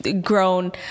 grown